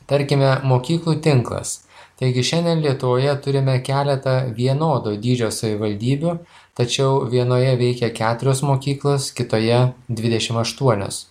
tarkime mokyklų tinklas taigi šiandien lietuvoje turime keletą vienodo dydžio savivaldybių tačiau vienoje veikia keturios mokyklos kitoje dvidešim aštuonios